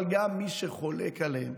אבל גם מי שחולק עליהם